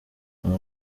nta